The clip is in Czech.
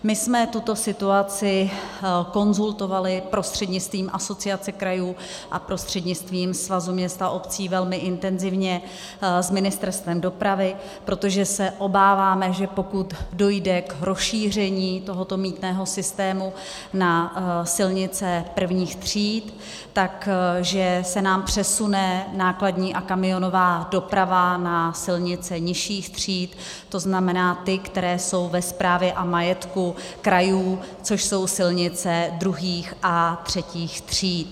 My jsme tuto situaci konzultovali prostřednictvím Asociace krajů a prostřednictvím Svazu měst a obcí velmi intenzivně s Ministerstvem dopravy, protože se obáváme, že pokud dojde k rozšíření tohoto mýtného systému na silnice prvních tříd, tak se nám přesune nákladní a kamionová doprava na silnice nižších tříd, to znamená ty, které jsou ve správě a majetku krajů, což jsou silnice druhých a třetích tříd.